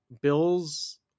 Bills